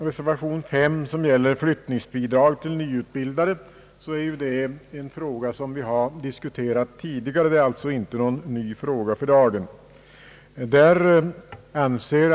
Reservation 5, som gäller flyttningsbidrag till nyutbildade, behandlar en fråga som vi diskuterat tidigare. Det är alltså inte någon ny fråga för dagen.